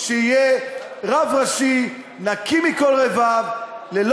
ויודעים שהרב הראשי הבא של צה"ל,